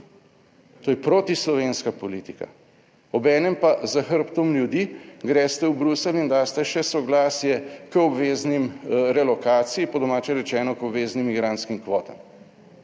To je proti slovenska politika. Obenem pa za hrbtom ljudi greste v Bruselj in daste še soglasje k obvezni relokaciji, po domače rečeno, k obveznim migrantskim kvotam.